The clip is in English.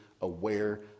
aware